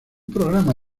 programa